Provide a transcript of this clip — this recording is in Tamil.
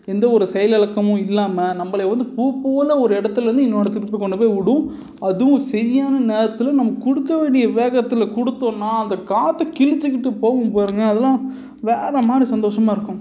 எந்த ஒரு செயல் இலக்கமும் இல்லாமல் நம்மளை வந்து பூப்போல் ஒரு இடத்துல இருந்து இன்னொரு இடத்துக்கு கொண்டு போய் விடும் அதுவும் சரியான நேரத்தில் நம்ம கொடுக்க வேண்டிய வேகத்தில் கொடுத்தோன்னா அந்த காற்றை கிழித்துக்கிட்டு போகும் பாருங்கள் அதெல்லாம் வேறே மாதிரி சந்தோஷமாக இருக்கும்